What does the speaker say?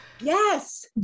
yes